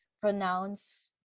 pronounce